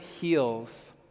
heals